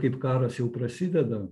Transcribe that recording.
kaip karas jau prasideda